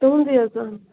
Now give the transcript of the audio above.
تُہُنٛدے حظ ووٚن